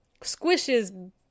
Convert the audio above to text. squishes